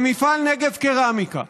במפעל נגב קרמיקה,